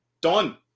Done